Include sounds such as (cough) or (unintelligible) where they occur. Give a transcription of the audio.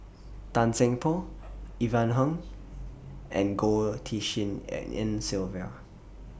Tan Seng Poh Ivan Heng and Goh Tshin (unintelligible) En Sylvia